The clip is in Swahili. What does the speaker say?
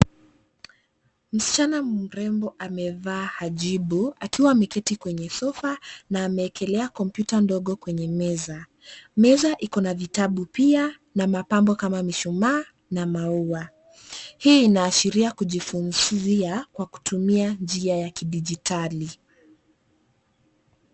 Msichana mrembo amevaa hijabu, akiwa ameketi kwenye sofa na ameekelea kompyuta ndogo kwenye meza. Meza ikona vitabu pia na mapambo kama mushumaa na maua. Hii inaashiria kujifunzia kwa kutumia njia ya kidijitali.